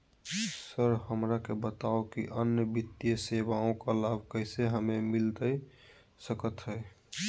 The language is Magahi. सर हमरा के बताओ कि अन्य वित्तीय सेवाओं का लाभ कैसे हमें मिलता सकता है?